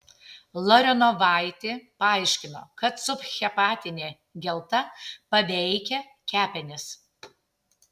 larionovaitė paaiškino kad subhepatinė gelta paveikia kepenis